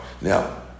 now